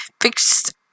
Fixed